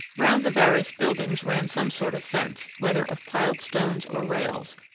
round the various buildings ran some sort of fence, whether of piled stones or rails,